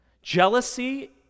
Jealousy